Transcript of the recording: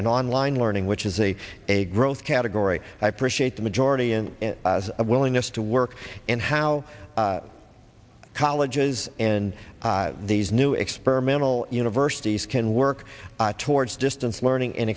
and online learning which is a a growth category i appreciate the majority and a willingness to work and how colleges and these new experimental universities can work towards distance learning and